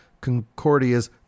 Concordia's